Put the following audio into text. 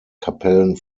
kapellen